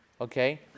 okay